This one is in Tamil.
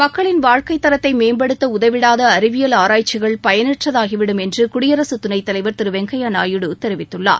மக்களின் வாழ்க்கைத்தரத்தை மேம்படுத்த உதவிடாத அறிவியல் ஆராய்ச்சிகள் பயனற்றதாகிவிடும் என்று குடியரசுத்துணைத்தலைவர் திரு வெங்கய்யா நாயுடு தெரிவித்துள்ளார்